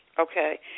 Okay